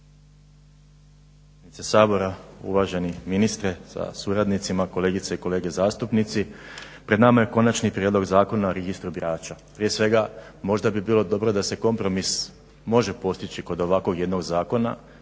uvaženi ministre sa suradnicima, kolegice i kolege zastupnici pred nama je Konačni prijedlog zakona o registru birača. Prije svega možda bi bilo dobro da se kompromis može postići kod ovakvog jednog zakona